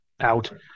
out